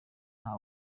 nta